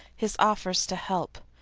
his offers to help,